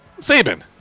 Saban